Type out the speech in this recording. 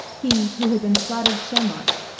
he, who had been flattered so much,